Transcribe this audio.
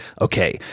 okay